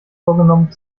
vorgenommen